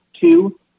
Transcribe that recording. Two